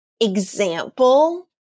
example